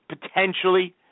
potentially